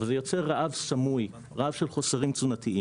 אבל זה יוצר רעב סמוי, רעב של חוסרים תזונתיים.